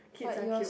kids are cute